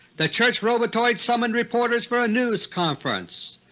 the church robotoid summoned reporters for a news conference.